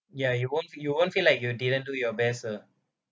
ya you won't you won't feel like you didn't do your best ah